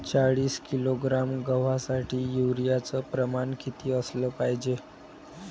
चाळीस किलोग्रॅम गवासाठी यूरिया च प्रमान किती असलं पायजे?